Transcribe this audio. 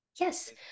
Yes